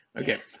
Okay